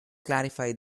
clarify